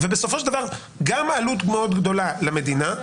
ובסופו של דבר גם עלות מאוד גדולה למדינה,